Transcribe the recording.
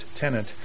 tenant